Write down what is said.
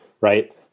right